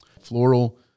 Floral